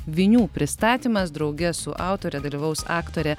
vinių pristatymas drauge su autore dalyvaus aktorė